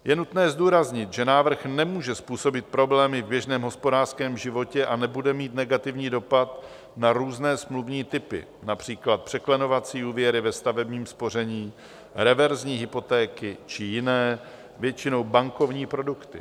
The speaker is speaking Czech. Je nutné zdůraznit, že návrh nemůže způsobit problémy v běžném hospodářském životě a nebude mít negativní dopad na různé smluvní typy, například překlenovací úvěry ve stavebním spoření, reverzní hypotéky či jiné, většinou bankovní produkty.